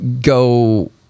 go